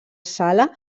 sala